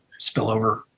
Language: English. spillover